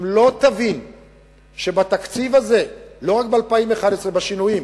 אם לא תבין שבתקציב הזה, לא רק ב-2011, בשינויים,